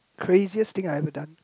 craziest thing I have ever done